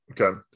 Okay